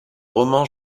roman